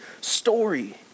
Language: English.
story